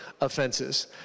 offenses